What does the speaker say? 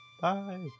Bye